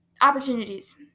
Opportunities